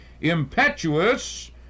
impetuous